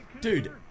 Dude